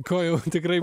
kojų tikrai